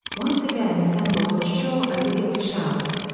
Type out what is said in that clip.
once again assemble on shore and begin to shout.